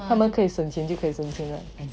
他们可以省钱就可以省钱